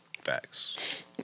Facts